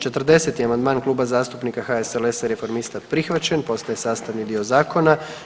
40. amandman Kluba zastupnika HSLS-a i Reformista, prihvaćen, postaje sastavni dio zakona.